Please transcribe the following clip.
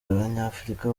abanyafurika